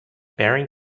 bearing